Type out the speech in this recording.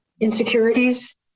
insecurities